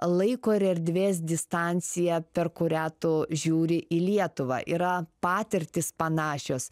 laiko ir erdvės distancija per kurią tu žiūri į lietuvą yra patirtys panašios